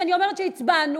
וכשאני אומרת שהצבענו,